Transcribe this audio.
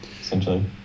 essentially